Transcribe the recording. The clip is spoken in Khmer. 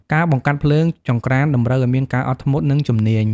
ការបង្កាត់ភ្លើងចង្ក្រានតម្រូវឱ្យមានការអត់ធ្មត់ និងជំនាញ។